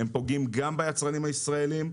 הם פוגעים גם ביצרנים הישראלים,